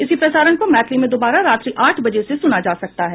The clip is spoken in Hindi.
इसी प्रसारण को मैथिली में दोबारा रात्रि आठ बजे से सुना जा सकता है